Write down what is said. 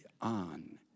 on